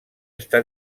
està